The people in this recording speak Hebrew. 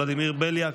ולדימיר בליאק,